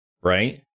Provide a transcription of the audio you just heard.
right